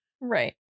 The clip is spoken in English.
Right